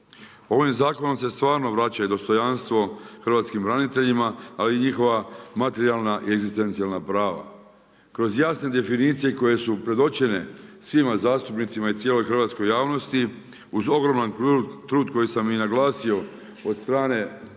Ovim zakonom se stvarno vraća dostojanstvo hrvatskim braniteljima ali i njihova materijalna i egzistencijalna prava. Kroz jasne definicije koje su predočene svima zastupnicima i cijeloj hrvatskoj javnosti uz ogroman trud koji sam i naglasio od strane udruge